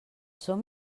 som